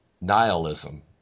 nihilism